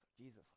Jesus